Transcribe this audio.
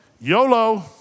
Yolo